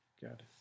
Good